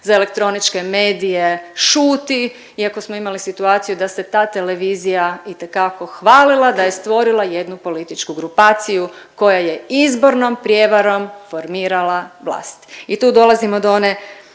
za elektroničke medije šuti, iako smo imali situaciju da se ta televizija itekako hvalila da je stvorila jednu političku grupacija koja je izbornom prijevarom formirala vlast. I tu dolazimo do one